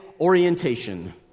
Orientation